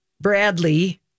Bradley